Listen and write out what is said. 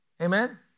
Amen